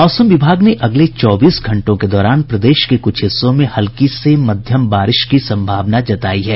मौसम विभाग ने अगले चौबीस घंटों के दौरान प्रदेश के कुछ हिस्सों में हल्की से मध्यम बारिश की संभावना जतायी है